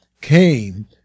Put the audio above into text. came